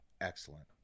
Excellent